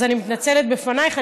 אז אני מתנצלת לפנייך.